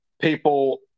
people